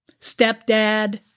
stepdad